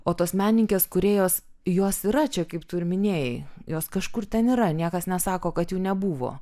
o tos menininkės kūrėjos jos yra čia kaip tu ir minėjai jos kažkur ten yra niekas nesako kad jų nebuvo